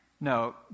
No